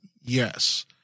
yes